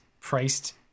priced